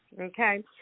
okay